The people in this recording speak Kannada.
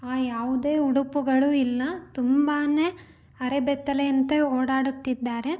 ಆ ಯಾವುದೇ ಉಡುಪುಗಳು ಇಲ್ಲ ತುಂಬಾ ಅರೆಬೆತ್ತಲೆಯಂತೆ ಓಡಾಡುತ್ತಿದ್ದಾರೆ